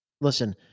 listen